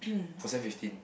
or seven fifteen